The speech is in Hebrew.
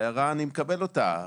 אני מקבל את ההערה